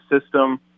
system